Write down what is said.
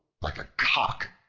like a cock,